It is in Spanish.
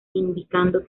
indicando